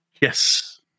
Yes